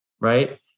right